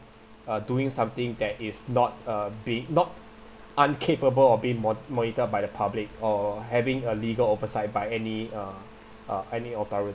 uh doing something that is not uh be not incapable of being mon~ monitored by the public or having a legal oversight by any uh uh any authority